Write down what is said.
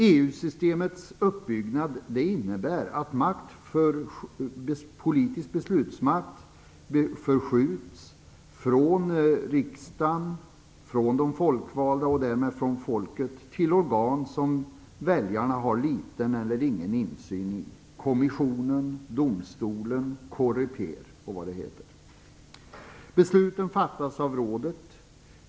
EU-systemets uppbyggnad innebär att politisk beslutsmakt förskjuts från riksdagen, från de folkvalda och därmed från folket till organ som väljarna har liten eller ingen insyn i, till kommissionen, domstolen, Coreper och allt vad de heter. Besluten fattas av rådet.